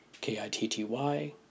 K-I-T-T-Y